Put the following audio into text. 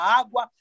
água